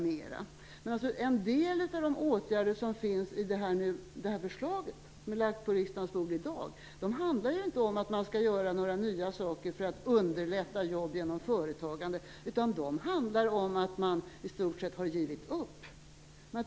Men en del av åtgärderna i det förslag som lagts på riksdagens bord i dag handlar inte om att göra nya saker för att underlätta jobb genom företagande utan om att man i stort sett har givit upp.